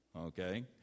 okay